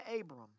Abram